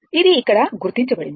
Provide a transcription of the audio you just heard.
ఇది ఇక్కడ గుర్తించబడింది